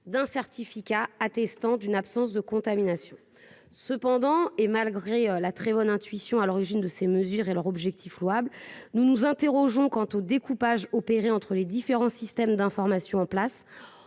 d'un certificat attestant d'une absence de contamination. Cependant, malgré la très bonne intuition à l'origine de telles mesures et leur objectif louable, nous nous interrogeons sur le découpage opéré entre les différents systèmes d'information en place